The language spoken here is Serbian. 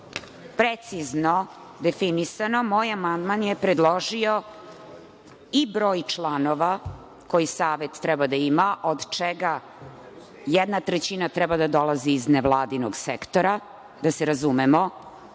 precizno definisano, moj amandman je predložio i broj članova koje savet treba da ima, od čega jedna trećina treba da dolazi iz nevladinog sektora, da se razumemo. Sve